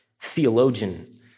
theologian